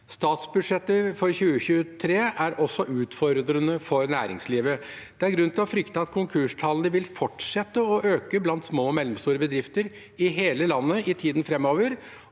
Statsbudsjettet for 2023 er også utfordrende for næringslivet. Det er grunn til å frykte at konkurstallene vil fortsette å øke blant små og mellomstore bedrifter i hele landet i tiden framover,